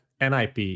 NIP